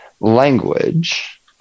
language